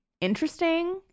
interesting